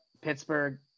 Pittsburgh